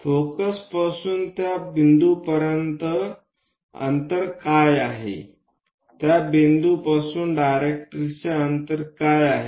फोकसपासून त्या बिंदूपर्यंत अंतर काय आहे आणि त्या बिंदूपासून डायरेक्ट्रिक्सचे अंतर काय आहे